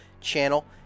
Channel